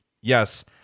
yes